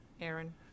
Aaron